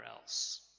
else